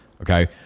Okay